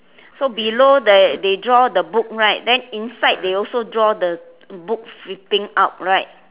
so below the they draw the book right then inside they also draw the books sitting up right